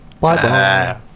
Bye-bye